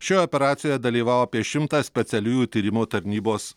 šioj operacijoje dalyvavo apie šimtą specialiųjų tyrimų tarnybos